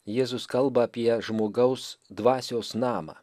jėzus kalba apie žmogaus dvasios namą